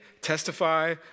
testify